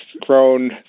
grown